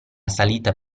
salita